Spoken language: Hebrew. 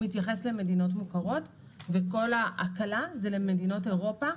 מתייחס למדינות מוכרות וכל ההקלה היא למדינות אירופה,